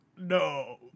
No